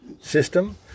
system